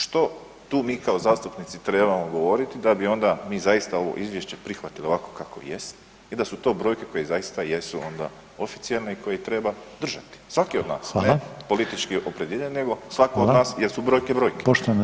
Što mi tu kao zastupnici trebamo govoriti da bi onda mi zaista ovo izvješće prihvatili ovako kako jest i da su to brojke koje zaista jesu onda oficijelne i koje treba držati, svaki od nas, a ne politički opredijeljen nego svaki od nas jer su brojke, brojke.